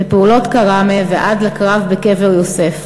מפעולות כראמה ועד לקרב בקבר יוסף.